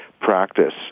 practice